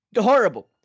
horrible